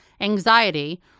anxiety